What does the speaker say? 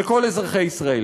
לכל אזרחי ישראל.